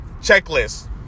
Checklist